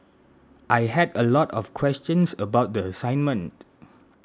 I had a lot of questions about the assignment